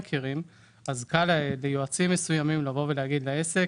קל ליועצים מסוימים לבוא ולהגיד לעסק: